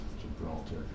Gibraltar